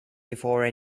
before